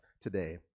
today